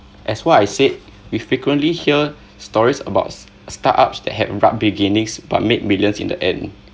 as what I said we frequently hear stories about startups that had rough beginnings but made millions in the end